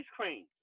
cream